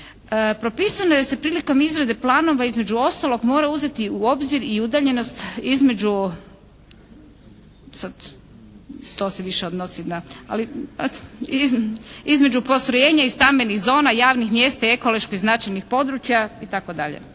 Propisano je da se prilikom izrade planova između ostalog mora uzeti u obzir i udaljenost između, to se više odnosi na, ali između postrojenja i stambenih zona, javnih mjesta i ekoloških značajnih područja itd.